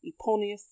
Eponius